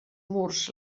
murs